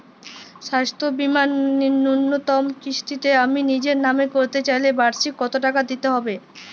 স্বাস্থ্য বীমার ন্যুনতম কিস্তিতে আমি নিজের নামে করতে চাইলে বার্ষিক কত টাকা দিতে হবে?